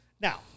Now